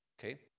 Okay